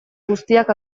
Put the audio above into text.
guztiak